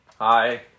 Hi